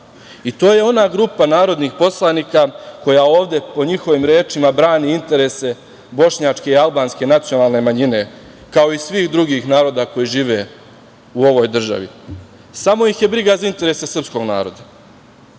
i to je ona grupa narodnih poslanika koja ovde po njihovim rečima brani interese bošnjačke i albanske nacionalne manjine kao i svih drugih naroda koji žive u ovoj državi. Samo ih je briga za interese srpskog naroda